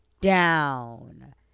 down